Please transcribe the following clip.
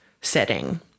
setting